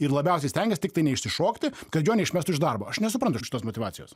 ir labiausiai stengias tiktai neišsišokti kad jo neišmestų iš darbo aš nesuprantu šitos motyvacijos